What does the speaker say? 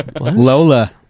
Lola